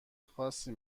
خاصی